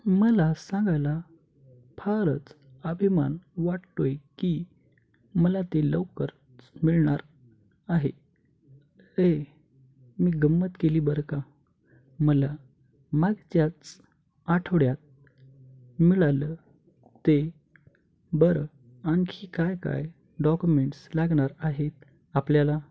मला सांगायला फारच अभिमान वाटतो आहे की मला ते लवकरच मिळणार आहे ए मी गंमत केली बरं का मला मागच्याच आठवड्यात मिळालं ते बरं आणखी काय काय डॉक्युमेंट्स लागणार आहेत आपल्याला